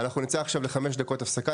אנחנו נצא עכשיו לחמש דקות הפסקה.